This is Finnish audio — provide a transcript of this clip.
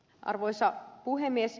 arvoisa puhemies